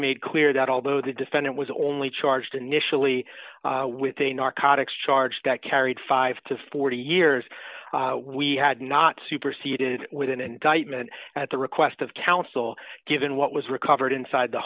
made clear that although the defendant was only charged initially with a narcotics charge that carried five to forty years we had not superseded with an indictment at the request of counsel given what was recovered inside the